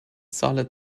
solid